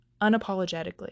unapologetically